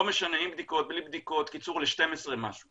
לא משנה עם בדיקות, בלי בדיקות, קיצור ל-12, משהו.